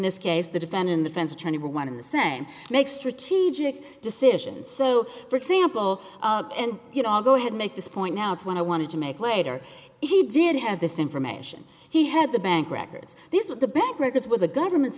this case the defendant defense attorney were one in the same make strategic decisions so for example and you know i'll go ahead make this point now when i wanted to make later he did have this information he had the bank records this with the back records with the government's